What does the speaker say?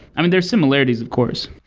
i mean, there are similarities, of course.